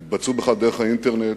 למשל, יתבצעו בכלל דרך האינטרנט,